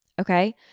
Okay